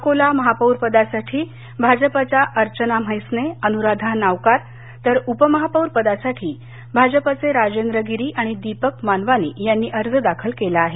अकोला महापौरपदासाठी भाजपच्या अर्चना म्हैसने अनुराधा नावकार तर उपमहापौर पदासाठी भाजपचे राजेंद्र गिरी आणि दीपक मानवानी यांनी अर्ज दाखल केला आहे